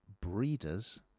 Breeders